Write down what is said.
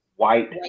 White